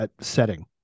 setting